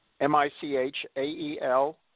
M-I-C-H-A-E-L